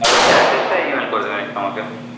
আর হচ্ছে অ্যাড্রেসটা ইমেল করে দেবেন একটু আমাকে